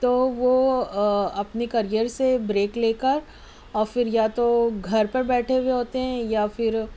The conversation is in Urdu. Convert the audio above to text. تو وہ اپنے کیریر سے بریک لے اور کر پھر یا تو گھر پر بیٹھے ہوئے ہوتے ہیں یا پھر